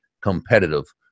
competitive